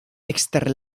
ekster